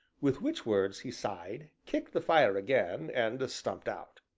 with which words he sighed, kicked the fire again, and stumped out.